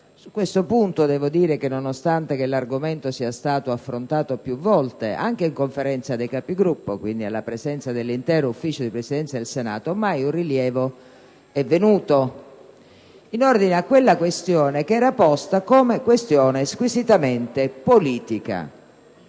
Su questo punto, nonostante l'argomento sia stato affrontato più volte anche in sede di Conferenza dei Capigruppo, quindi alla presenza dell'intero Consiglio di Presidenza del Senato, mai un rilievo è venuto in ordine a quella questione posta come squisitamente politica,